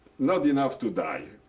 not enough to die.